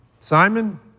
Simon